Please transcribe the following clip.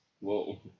Whoa